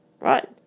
right